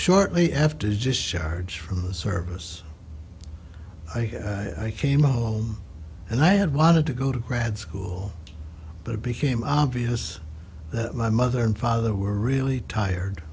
shortly after just shards from the service i came home and i had wanted to go to grad school that became obvious that my mother and father were really tired